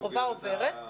החובה עוברת.